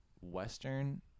Western